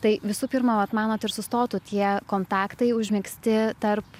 tai visų pirma vat manote ir sustotų tie kontaktai užmegzti tarp